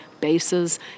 bases